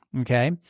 Okay